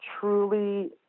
truly